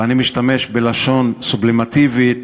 ואני משתמש בלשון סובלימטיבית,